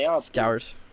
scours